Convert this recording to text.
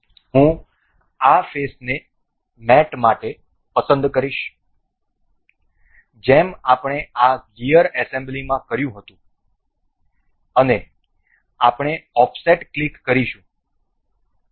હું આ ફેસને મેટ માટે પસંદ કરીશ જેમ આપણે આ ગિયર એસેમ્બલીમાં કર્યું હતું અને આપણે ઓફસેટ ક્લિક કરીશું ok